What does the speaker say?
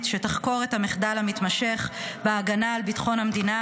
שתחקור את המחדל המתמשך בהגנה על ביטחון המדינה,